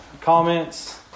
comments